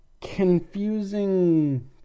confusing